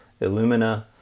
Illumina